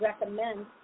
recommend